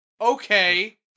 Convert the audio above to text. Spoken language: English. Okay